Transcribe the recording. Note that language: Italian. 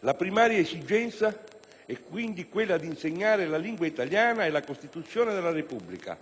La primaria esigenza è quindi quella di insegnare la lingua italiana e la Costituzione della Repubblica,